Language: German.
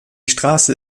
straße